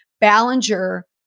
Ballinger